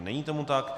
Není tomu tak.